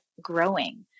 growing